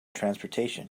transportation